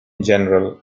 general